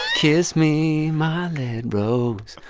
kiss me, my lead rose.